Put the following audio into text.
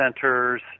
centers